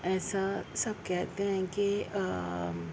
ایسا سب کہتے ہیں کہ